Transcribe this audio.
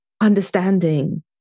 understanding